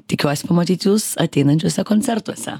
tikiuosi pamatyt jus ateinančiuose koncertuose